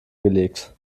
gelegt